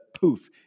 poof